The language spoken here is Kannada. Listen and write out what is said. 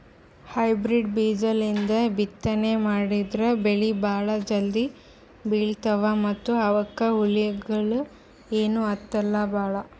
ಹೈಬ್ರಿಡ್ ಬೀಜಾಲಿಂದ ಬಿತ್ತನೆ ಮಾಡದ್ರ್ ಬೆಳಿ ಭಾಳ್ ಜಲ್ದಿ ಬೆಳೀತಾವ ಮತ್ತ್ ಅವಕ್ಕ್ ಹುಳಗಿಳ ಏನೂ ಹತ್ತಲ್ ಭಾಳ್